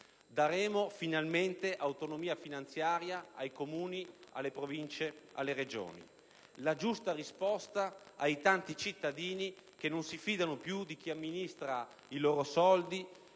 Daremo finalmente autonomia finanziaria ai Comuni, alle Province, alle Regioni: la giusta risposta ai tanti cittadini che non si fidano più di chi amministra i loro soldi